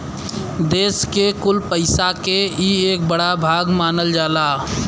देस के कुल पइसा के ई एक बड़ा भाग मानल जाला